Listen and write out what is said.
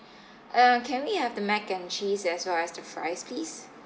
uh can we have the mac and cheese as well as the fries please